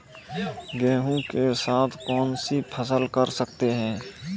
गेहूँ के साथ कौनसी फसल कर सकते हैं?